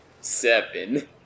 seven